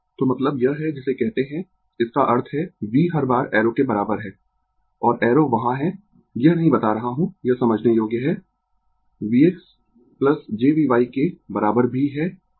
तो मतलब यह है जिसे कहते है इसका अर्थ है v हर बार एरो के बराबर है और एरो वहां है यह नहीं बता रहा हूँ यह समझने योग्य है v x j Vy के बराबर भी है